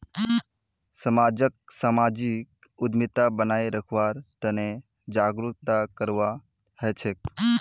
समाजक सामाजिक उद्यमिता बनाए रखवार तने जागरूकता करवा हछेक